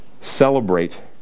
celebrate